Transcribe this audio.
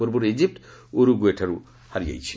ପୂର୍ବରୁ ଇଜିପ୍ଟ ଉରୁଗୁଏଠାରୁ ହାରିଯାଇଛି